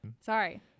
sorry